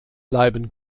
bleiben